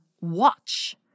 watch